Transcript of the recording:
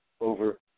over